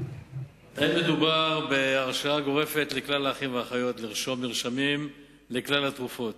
לא מדובר בהרשאה גורפת לכלל האחים והאחיות לרשום מרשמים לכלל התרופות,